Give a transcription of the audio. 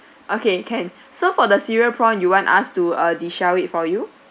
okay can so for the cereal prawn you want us to uh de-shell it for you